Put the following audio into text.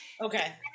Okay